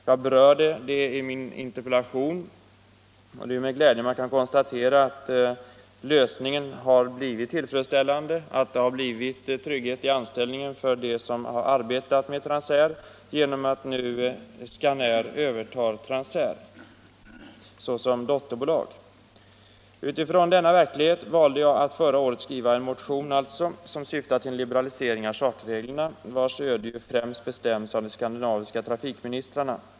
Jag berörde detta i min interpellation, och det är med glädje man kan konstatera att lösningen har blivit tillfredsställande — att det har blivit trygghet i anställningen för dem som arbetar hos Transair genom att nu Scanair övertar Transair såsom dotterbolag. Utifrån denna verklighet valde jag att förra året skriva en motion som syftade till en liberalisering av charterreglerna, vilkas öde främst bestämmes av de skandinaviska trafikministrarna.